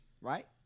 right